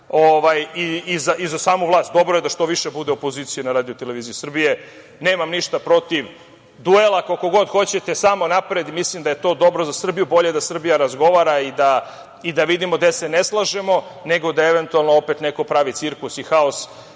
i za samu vlast. Dobro je da što više opozicije bude na RTS. Nemam ništa protiv duela, koliko god hoćete, samo napred, mislim da je to dobro za Srbiju, bolje da Srbija razgovara i da vidimo gde se ne slažemo, nego da eventualno neko pravi cirkus i haos,